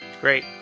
Great